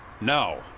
Now